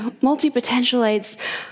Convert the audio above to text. multi-potentialites